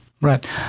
Right